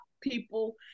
people